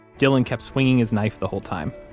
dylan kept swinging his knife the whole time.